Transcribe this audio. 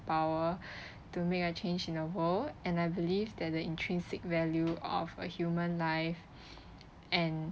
power to make a change in the world and I believe that the intrinsic value of a human life and